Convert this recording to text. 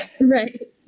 Right